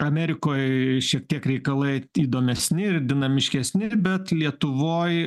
amerikoj šiek tiek reikalai įdomesni ir dinamiškesni bet lietuvoj